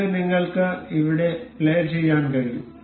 ഇത് നിങ്ങൾക്ക് ഇവിടെ പ്ലേ ചെയ്യാൻ കഴിയും